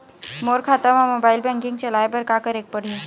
मोर खाता मा mobile banking चलाए बर का करेक पड़ही?